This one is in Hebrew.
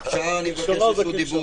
בבקשה, עופר.